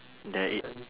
that i~